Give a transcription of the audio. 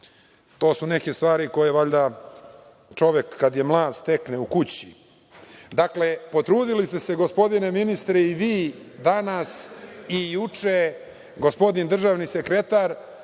To su neke stvari koje valjda čovek kada je mlad stekne u kući. Dakle, potrudili ste se gospodine ministre i vi danas, juče gospodin državni sekretar